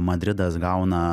madridas gauna